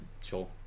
sure